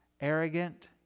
arrogant